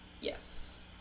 Yes